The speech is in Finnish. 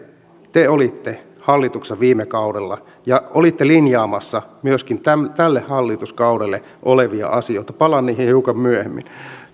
te olitte hallituksessa viime kaudella ja olitte linjaamassa myöskin tälle tälle hallituskaudelle asioita palaan niihin hiukan myöhemmin